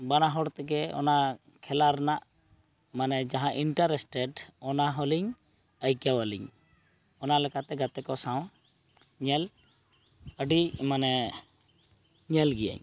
ᱵᱟᱱᱟᱦᱚᱲ ᱛᱮᱜᱮ ᱚᱱᱟ ᱠᱷᱮᱞᱟ ᱨᱮᱱᱟᱜ ᱢᱟᱱᱮ ᱡᱟᱦᱟᱸ ᱤᱱᱴᱟᱨᱮᱥᱴᱮᱰ ᱚᱱᱟᱦᱚᱸᱞᱤᱧ ᱟᱹᱭᱠᱟᱹᱣᱟᱹᱞᱤᱧ ᱚᱱᱟᱞᱮᱠᱟᱛᱮ ᱜᱟᱛᱮᱠᱚ ᱥᱟᱶ ᱧᱮᱞ ᱟᱹᱰᱤ ᱢᱟᱱᱮ ᱧᱮᱞᱜᱤᱭᱟᱹᱧ